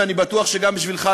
ואני בטוח שגם בשבילך,